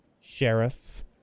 Sheriff